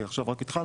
כי עכשיו רק התחלנו.